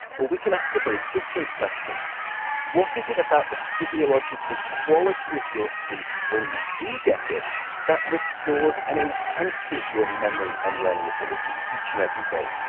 we can ask a very different question what is it about the physiological quality of your sleep when you do get it that restores and enhances your memory and learning ability each and every day?